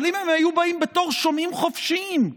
אם הם היו באים בתור שומעים חופשיים לוועדות,